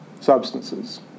substances